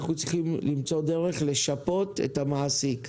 צריכים למצוא דרך לשפות את המעסיק,